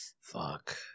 Fuck